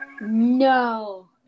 No